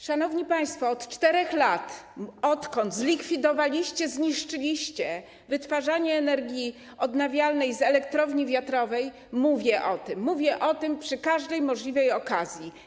Szanowni państwo, od 4 lat, odkąd zlikwidowaliście, zniszczyliście wytwarzanie energii odnawialnej z elektrowni wiatrowych, mówię o tym, mówię o tym przy każdej okazji.